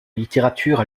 littérature